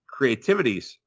creativities